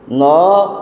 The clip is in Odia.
ନଅ